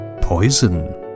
Poison